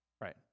Right